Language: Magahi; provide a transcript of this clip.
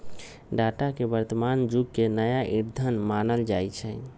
डाटा के वर्तमान जुग के नया ईंधन मानल जाई छै